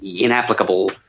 inapplicable